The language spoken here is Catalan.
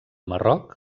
marroc